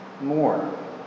more